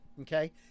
Okay